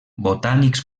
botànics